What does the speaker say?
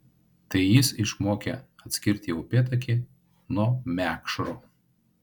tai jis išmokė atskirti upėtakį nuo mekšro